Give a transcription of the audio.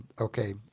okay